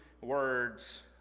words